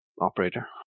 operator